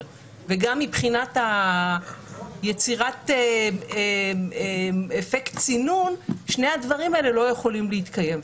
וגם מבחינת יצירת אפקט הצינון שני הדברים האלה לא יכולים להתקיים.